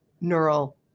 neural